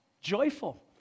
joyful